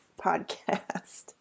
podcast